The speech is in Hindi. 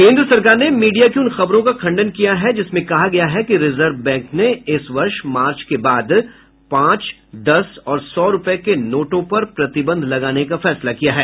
केन्द्र सरकार ने मीडिया की उन खबरों का खंडन किया है जिसमें कहा गया है कि रिजर्व बैंक ने इस वर्ष मार्च के बाद पांच दस और सौ रुपये के नोटों पर प्रतिबंध लगाने का फैसला किया है